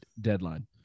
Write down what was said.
deadline